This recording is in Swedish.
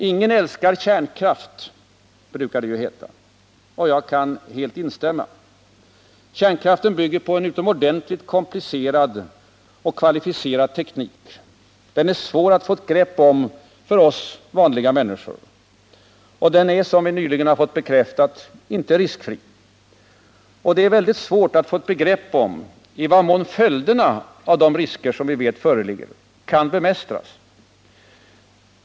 ”Ingen älskar kärnkraft”, brukar det heta. Jag kan helt instämma. Kärnkraften bygger på en utomordentligt komplicerad och kvalificerad teknik, svår att få ett grepp om för oss vanliga människor. Den är, som vi nyligen fått bekräftat, inte riskfri. Det är svårt att få ett begrepp om i vad mån följderna av de risker som vi vet föreligger kan bemästras.